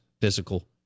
Physical